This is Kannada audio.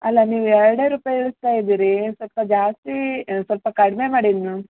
ಅಲ್ಲ ನೀವು ಎರಡೇ ರೂಪಾಯಿ ಏರಿಸ್ತಾ ಇದ್ದೀರಿ ಸ್ವಲ್ಪ ಜಾಸ್ತಿ ಸ್ವಲ್ಪ ಕಡಿಮೆ ಮಾಡಿ ಇನ್ನೂ